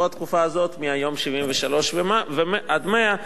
או התקופה הזאת מהיום ה-73 ועד היום ה-100.